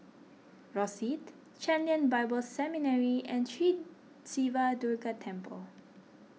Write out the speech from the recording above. Rosyth Chen Lien Bible Seminary and Sri Siva Durga Temple